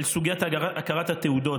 את סוגיית הכרת התעודות,